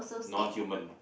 non human